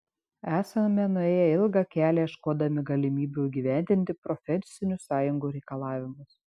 esame nuėję ilgą kelią ieškodami galimybių įgyvendinti profesinių sąjungų reikalavimus